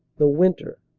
the winter,